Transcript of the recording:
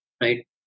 right